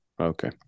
Okay